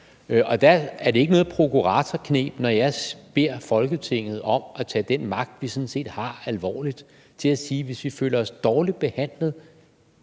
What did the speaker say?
og der er det ikke noget prokuratorkneb, når jeg beder Folketinget om at tage den magt, vi sådan set har, alvorligt – til at sige, at hvis vi føler os dårligt behandlet,